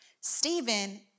Stephen